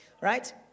right